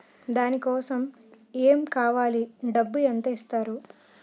దాని కోసం ఎమ్ కావాలి డబ్బు ఎంత ఇస్తారు?